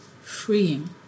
freeing